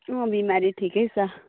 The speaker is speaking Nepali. अँ बिमारी ठिकै छ